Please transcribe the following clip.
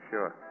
Sure